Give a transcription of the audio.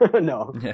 no